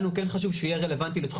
לנו כן חשוב שיהיה רלוונטי לתחום